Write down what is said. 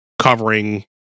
covering